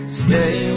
stay